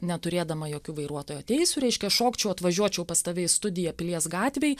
neturėdama jokių vairuotojo teisių reiškia šokčiau atvažiuočiau pas tave į studiją pilies gatvėj